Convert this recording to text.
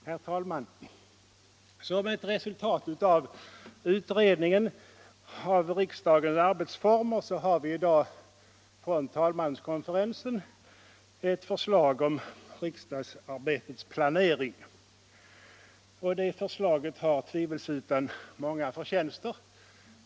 Herr talman! Som ett resultat av utredningen angående riksdagens arbetsformer har vi i dag ett förslag från talmanskonferensen om riksdagsarbetets planering. Det förslaget har tvivelsutan många förtjänster.